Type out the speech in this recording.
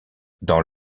dans